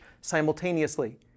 simultaneously